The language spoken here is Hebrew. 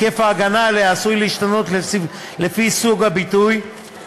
היקף ההגנה עליה עשוי להשתנות לפי סוג הביטוי